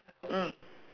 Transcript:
mm